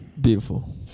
beautiful